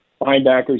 linebackers